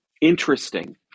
interesting